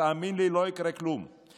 תאמין לי, לא יקרה כלום.